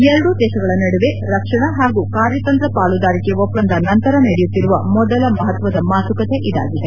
ಎರಡೂ ದೇಶಗಳ ನಡುವೆ ರಕ್ಷಣಾ ಹಾಗೂ ಕಾರ್ತಂತ್ರ ಪಾಲುದಾರಿಕೆ ಒಪ್ಪಂದ ನಂತರ ನಡೆಯುತ್ತಿರುವ ಮೊದಲ ಮಹತ್ವದ ಮಾತುಕತೆ ಇದಾಗಿದೆ